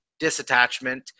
disattachment